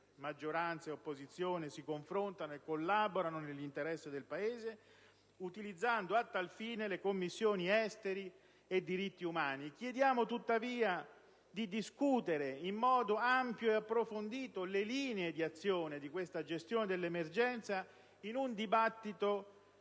maggioranza e opposizione si confrontano e collaborano nell'interesse del Paese, utilizzando a tal fine le Commissioni affari esteri e diritti umani. Chiediamo tuttavia di discutere in modo ampio e approfondito le linee di azione di questa gestione dell'emergenza in un dibattito